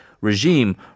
regime